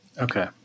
Okay